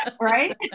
right